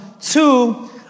Two